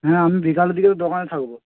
হ্যাঁ আমি বিকেলের দিকে তো দোকানে থাকব